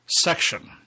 section